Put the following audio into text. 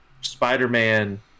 Spider-Man